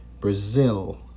Brazil